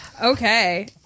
Okay